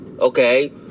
okay